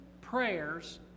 prayers